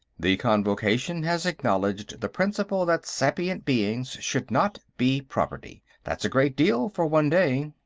the convocation has acknowledged the principle that sapient beings should not be property. that's a great deal, for one day.